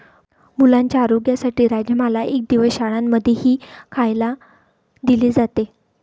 मुलांच्या आरोग्यासाठी राजमाला एक दिवस शाळां मध्येही खायला दिले जाते